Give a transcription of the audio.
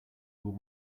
will